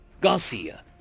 Garcia